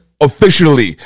officially